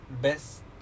best